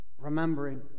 remembering